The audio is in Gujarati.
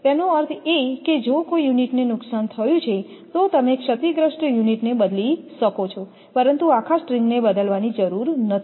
તેનો અર્થ એ કે જો કોઈ યુનિટને નુકસાન થયું છે તો તમે ક્ષતિગ્રસ્ત યુનિટને બદલી શકો છો પરંતુ આખા સ્ટ્રિંગને બદલવાની જરૂર નથી